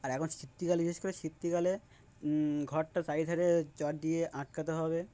আর এখন শীততিকাল বিশেষ করে শীতকালে ঘরটা চার ধারে জ্বর দিয়ে আটকাতে হবে